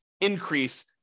increase